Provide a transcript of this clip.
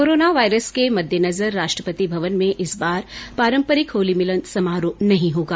corona virus के मद्देनजर राष्ट्रपति भवन में इस बार पारम्परिक होली मिलन समारोह नहीं होगा